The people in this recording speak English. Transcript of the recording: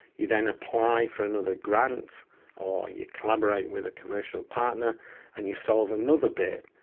you then apply for another grant or you collaborate with a commercial partner and you solve another bit,